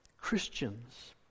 Christians